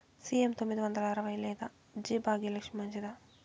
CM తొమ్మిది వందల అరవై లేదా జి భాగ్యలక్ష్మి మంచిదా?